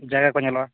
ᱡᱟᱭᱜᱟ ᱠᱚ ᱧᱮᱞᱚᱜᱼᱟ